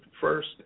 first